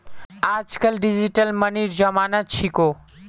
आजकल डिजिटल मनीर जमाना छिको